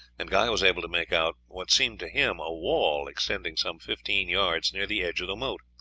and guy was able to make out what seemed to him a wall extending some fifteen yards, near the edge of the moat.